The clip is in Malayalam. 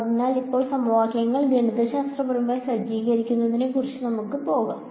അതിനാൽ ഇപ്പോൾ ഈ സമവാക്യങ്ങൾ ഗണിതശാസ്ത്രപരമായി സജ്ജീകരിക്കുന്നതിനെക്കുറിച്ച് നമുക്ക് പോകാം